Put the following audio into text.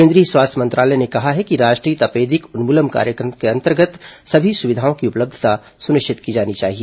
केंद्रीय स्वास्थ्य मंत्रालय ने कहा है कि राष्ट्रीय तपेदिक उन्मूलन कार्यक्रम के अंतर्गत सभी सुविधाओं की उपलब्धता सुनिश्चित की जानी चाहिए